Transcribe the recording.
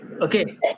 Okay